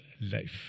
life